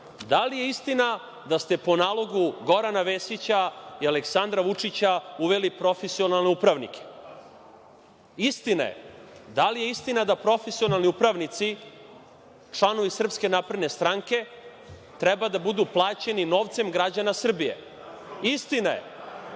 Da li je istina da ste po nalogu Gorana Vesića i Aleksandra Vučića uveli profesionalne upravnike? Istina je. Da li je istina da profesionalni upravnici, članovi SNS, treba da budu plaćeni novcem građana Srbije? Istina